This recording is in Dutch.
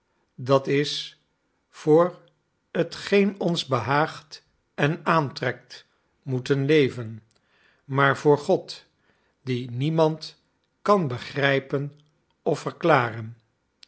d i voor t geen ons behaagt en aantrekt moeten leven maar voor god dien niemand kan begrijpen of verklaren